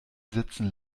sitzen